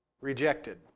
rejected